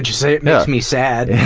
say it makes me sad.